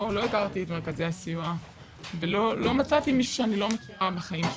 לא הכרתי את מרכזי הסיוע ולא מצאתי מישהו שאני לא מכירה בחיים שלי.